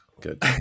good